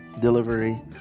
delivery